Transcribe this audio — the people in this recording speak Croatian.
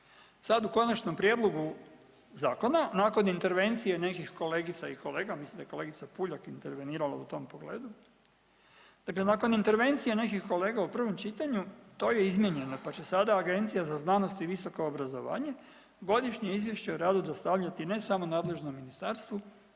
Sad u konačnom prijedlogu zakona nakon intervencije nekih kolegica i kolega, mislim da je kolegica Puljak intervenirala u tom pogledu. Dakle, nakon intervencije nekih kolega u prvom čitanju to je izmijenjeno pa će sada Agencija za znanost i visoko obrazovanje Godišnje izvješće o radu dostavljati ne samo nadležnom ministarstvu,